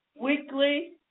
weekly